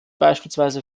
beispielsweise